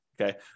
Okay